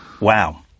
Wow